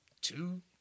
two